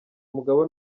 umugabo